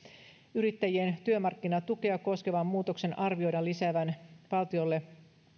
yrittäjien työmarkkinatukea koskevan muutoksen arvioidaan lisäävän valtiolle